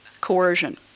coercion